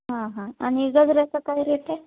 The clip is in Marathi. हां हां आणि गजऱ्याचा काय रेट आहे